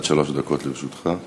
עד שלוש דקות לרשותך.